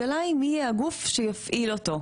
השאלה היא מי יהיה הגוף שיפעיל אותו?